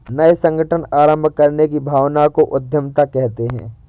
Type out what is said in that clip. नये संगठन आरम्भ करने की भावना को उद्यमिता कहते है